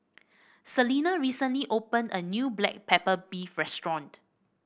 Celina recently opened a new Black Pepper Beef restaurant